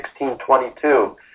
16.22